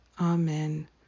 Amen